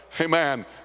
Amen